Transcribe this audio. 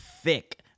thick